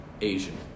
Asian